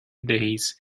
days